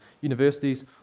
universities